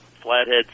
Flathead